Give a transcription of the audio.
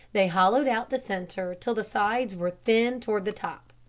they hollowed out the center till the sides were thin toward the top.